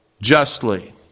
justly